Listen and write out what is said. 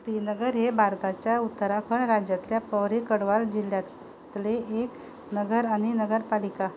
श्रीनगर हें भारताच्या उत्तराखंड राज्यांतल्या पौरी गढवाल जिल्ल्यांतलें एक नगर आनी नगरपालिका